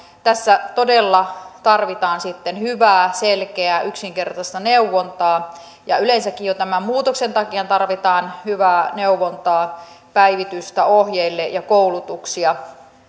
tässä todella tarvitaan sitten hyvää selkeää yksinkertaista neuvontaa ja yleensäkin jo tämän muutoksen takia tarvitaan hyvää neuvontaa päivitystä ohjeille ja koulutuksia